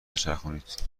بچرخونید